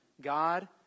God